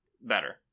better